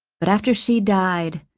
but after she died,